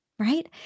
right